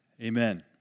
Amen